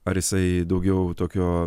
ar jisai daugiau tokio